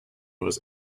was